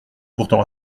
pourtant